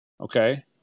okay